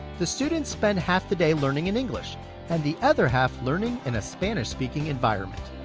the students spend half the day learning in english and the other half learning in a spanish-speaking environment.